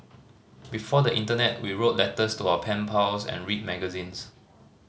before the internet we wrote letters to our pen pals and read magazines